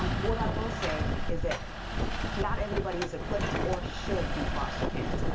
um what i will say is that not everybody is equipped or should be foster parents.